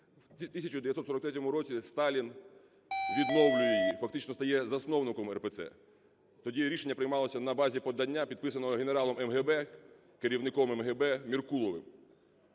у 1943 році, Сталін відновлює її, фактично стає засновником РПЦ. Тоді рішення приймалося на базі подання, підписаного генералом МГБ, керівником МГБ Меркуловим.